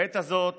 בעת הזאת